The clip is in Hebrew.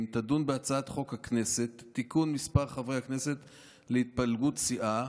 תדון בהצעת חוק הכנסת (תיקון מספר חברי הכנסת להתפלגות סיעה),